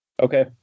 Okay